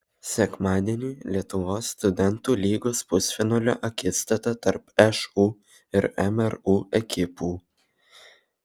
sekmadienį lietuvos studentų lygos pusfinalio akistata tarp šu ir mru ekipų